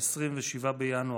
27 בינואר.